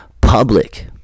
public